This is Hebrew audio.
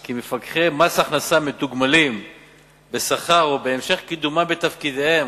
כי מפקחי מס הכנסה מתוגמלים בשכר ובהמשך קידומם בתפקידיהם,